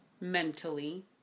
mentally